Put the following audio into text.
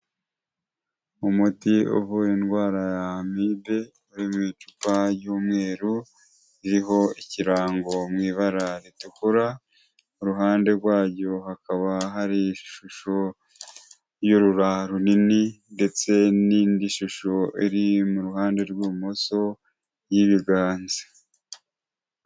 Umuti uvura indwara y'amibe uri mu icupa ry'umweru, ririho ikirango mu ibara ritukura, iruhande rwaryo hakaba hari ishusho y'urura runini ndetse n'indi shusho iri mu ruhande rw'ibumoso y'ibiganza.